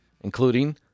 including